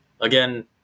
again